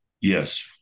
Yes